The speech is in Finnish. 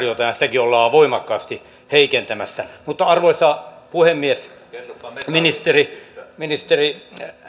ollaan voimakkaasti heikentämässä arvoisa puhemies ministeri